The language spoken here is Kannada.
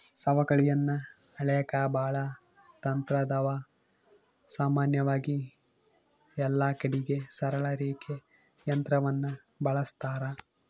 ಸವಕಳಿಯನ್ನ ಅಳೆಕ ಬಾಳ ತಂತ್ರಾದವ, ಸಾಮಾನ್ಯವಾಗಿ ಎಲ್ಲಕಡಿಗೆ ಸರಳ ರೇಖೆ ತಂತ್ರವನ್ನ ಬಳಸ್ತಾರ